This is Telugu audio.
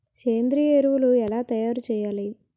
సేంద్రీయ ఎరువులు ఎలా తయారు చేయాలి?